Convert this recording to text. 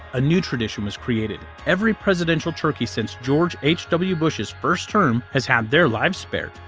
a new tradition was created. every presidential turkey since george h. w. bush's first term has had their lives spared.